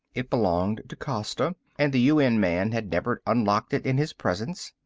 it belonged to costa, and the un man had never unlocked it in his presence.